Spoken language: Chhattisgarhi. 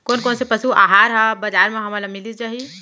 कोन कोन से पसु आहार ह बजार म हमन ल मिलिस जाही?